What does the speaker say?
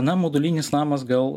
na modulinis namas gal